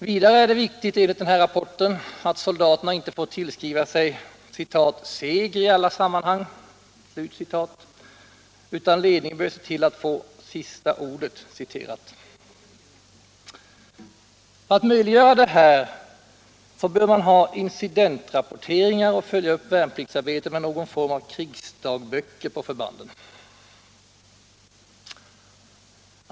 Vidare är det viktigt enligt rapporten att soldaterna inte får tillskriva sig ”seger i alla sammanhang”, utan ledningen bör se till att få ”sista ordet”. För att möjliggöra detta bör man ha ”incidentrapportering” och följa upp värnpliktsarbetet med någon form av ”krigsdagbok” på förbanden.